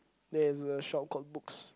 there is a shop called books